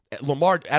Lamar